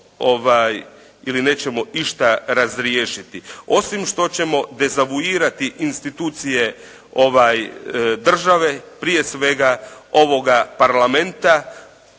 ili nećemo išta razriješiti. Osim što ćemo dezavuirati institucije države, prije svega ovoga Parlamenta